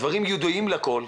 והדברים ידועים לכול,